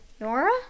Nora